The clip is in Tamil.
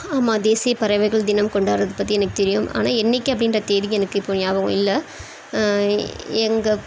ஆமாம் தேசியப் பறவைகள் தினம் கொண்டாடுறத பற்றி எனக்கு தெரியும் ஆனால் என்னைக்கு அப்படின்ற தேதி எனக்கு இப்போது ஞாபகம் இல்லை எங்கள்